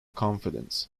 confidence